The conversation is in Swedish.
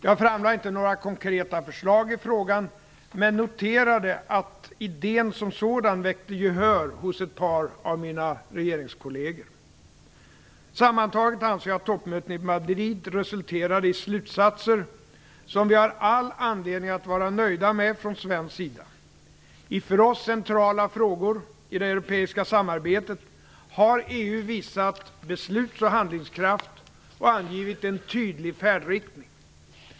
Jag framlade inte några konkreta förslag i frågan men noterade att idén som sådan väckte gehör hos ett par av mina regeringskolleger. Sammantaget anser jag att toppmötet i Madrid resulterade i slutsatser som vi från svensk sida har all anledning att vara nöjda med. I för oss centrala frågor i det europeiska samarbetet har EU visat besluts och handlingskraft och angivit en tydlig färdriktning.